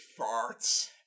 farts